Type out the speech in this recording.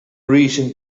reason